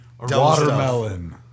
Watermelon